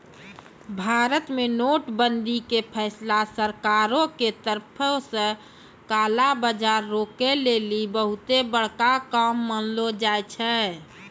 भारत मे नोट बंदी के फैसला सरकारो के तरफो से काला बजार रोकै लेली बहुते बड़का काम मानलो जाय छै